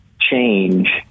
change